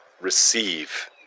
receive